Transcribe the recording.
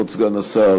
כבוד סגן השר,